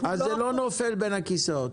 זה לא נופל בין הכיסאות.